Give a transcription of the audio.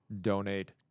donate